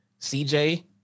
CJ